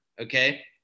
okay